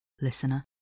listener